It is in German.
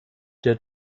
der